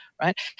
Right